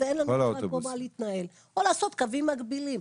או לעשות קווים מקבילים,